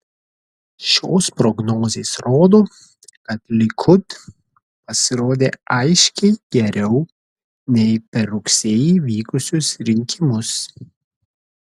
šios prognozės rodo kad likud pasirodė aiškiai geriau nei per rugsėjį vykusius rinkimus